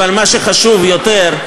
אבל מה שחשוב יותר,